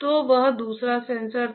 तो वह दूसरा सेंसर था